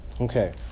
Okay